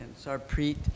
Sarpreet